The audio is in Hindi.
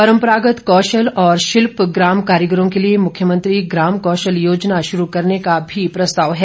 परम्परागत कौशल और शिल्प ग्राम कारिगरों के लिए मुख्यमंत्री ग्राम कौशल योजना शुरू करने का भी प्रस्ताव है